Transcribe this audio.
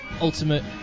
ultimate